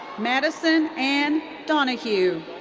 madison ann donahew.